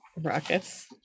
Rockets